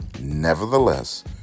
nevertheless